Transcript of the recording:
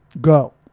go